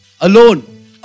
alone